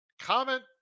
Comment